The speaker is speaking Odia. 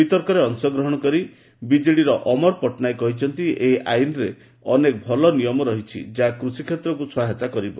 ବିତର୍କରେ ଅଂଶଗ୍ରହଣ କରି ବିଜେଡ଼ିର ଅମର ପଟ୍ଟନାୟକ କହିଛନ୍ତି ଏହି ଆଇନରେ ଅନେକ ଭଲ ନିୟମ ରହିଛି ଯାହା କୃଷିକ୍ଷେତ୍ରକୁ ସହାୟତା କରିବ